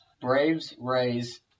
Braves-Rays